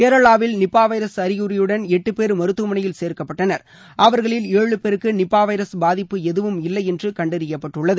கேரளாவில் Nipah virus அறிகுறியுடன் எட்டு பேர் மருத்துவமனையில் சேர்க்கப்பட்டனர் அவர்களில் ஏழு பேருக்கு நிபா வைரஸ் பாதிப்பு எதுவும் இல்லை என்று கண்டறியப்பட்டுள்ளது